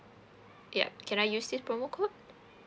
yup can I use this promo code